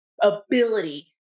ability